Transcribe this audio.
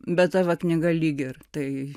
bet ta va knyga lyg ir